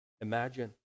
imagine